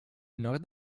nord